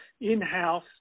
in-house